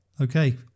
Okay